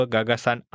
Gagasan